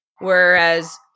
Whereas